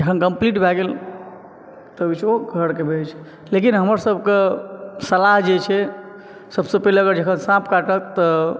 जखन कंप्लीट भए गेल तब जे ओ घर कए भेजै छै लेकिन हमर सबके सलाह जे छै सबसँ पहिने अगर जखन साँप काटत तऽ